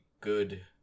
good